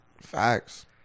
Facts